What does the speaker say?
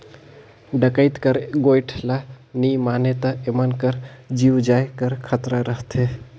डकइत कर गोएठ ल नी मानें ता एमन कर जीव जाए कर खतरा रहथे